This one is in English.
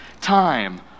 time